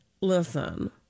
listen